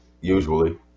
usually